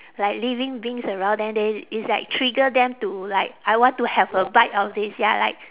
like living beings around then they it's like trigger them to like I want to have a bite of this ya like